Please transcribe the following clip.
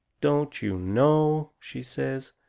don't you know? she says.